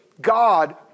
God